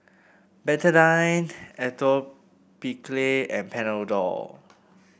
Betadine Atopiclair and Panadol